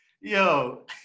Yo